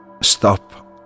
stop